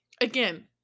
again